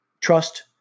trust